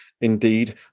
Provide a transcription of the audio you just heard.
indeed